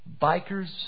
Bikers